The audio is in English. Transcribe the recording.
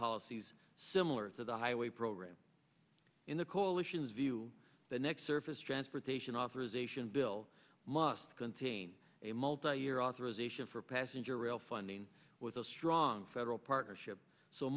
policies similar to the highway program in the coalition's view the next surface transportation authorization bill must contain a multi year authorization for passenger rail funding with a strong federal partnership so